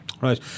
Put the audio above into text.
Right